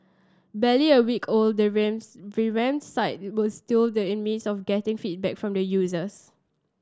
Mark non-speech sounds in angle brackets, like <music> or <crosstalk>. barely a week old the <unintelligible> revamped site was still the in midst of getting feedback from users